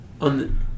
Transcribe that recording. on